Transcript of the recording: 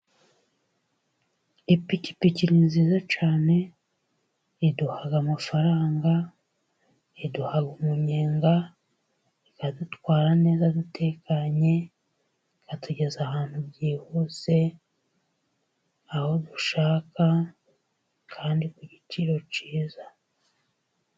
Ipikipiki ni nziza cyane, iduha amafaranga, iduha umunyenga, ikadutwara neza dutekanye, ikatugeza ahantu byihuse, aho dushaka kandi ku giciro kiza.